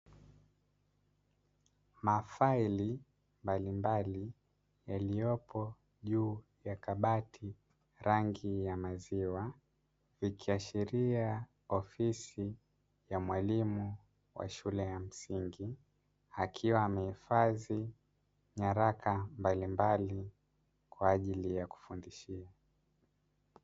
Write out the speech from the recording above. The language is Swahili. Mafaili mbalimbali yaliyopo juu ya kabati rangi ya maziwa, ikiashiria ofisi ya mwalimu wa shule ya msingi, akiwa amehifadhi nyaraka mbalimbali kwa ajili ya kufundishia.